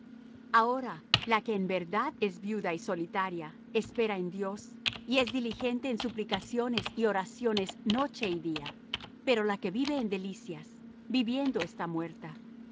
ahora la que en verdad es viuda y solitaria espera en dios y es diligente en suplicaciones y oraciones noche y día pero la que vive en delicias viviendo está muerta